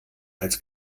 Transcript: als